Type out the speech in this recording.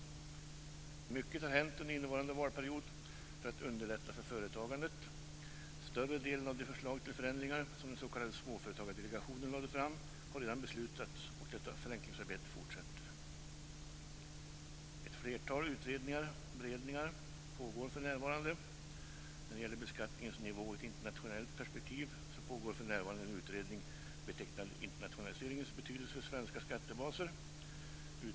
Mycket har hänt under innevarande valperiod för att underlätta för företagandet. Större delen av de förslag till förändringar som den s.k. Småföretagardelegationen lade fram har redan beslutats, och detta förenklingsarbete fortsätter. Ett flertal utredningar och beredningar pågår för närvarande. När det gäller beskattningens nivå i ett internationellt perspektiv pågår för närvarande en utredning betecknad Internationaliseringens betydelse för svenska skattebaser och framtida skattestruktur.